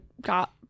got